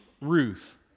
Ruth